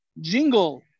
jingle